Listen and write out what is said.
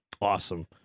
Awesome